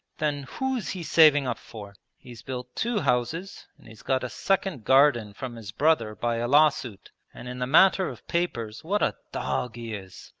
then who's he saving up for? he's built two houses, and he's got a second garden from his brother by a law-suit. and in the matter of papers what a dog he is!